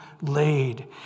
laid